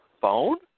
phone